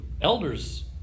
elders